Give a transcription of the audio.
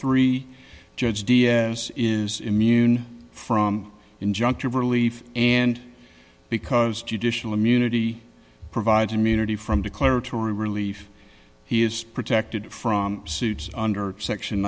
three judge d s is immune from injunctive relief and because judicial immunity provides immunity from declaratory relief he is protected from suits under section